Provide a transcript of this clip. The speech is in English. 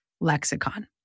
lexicon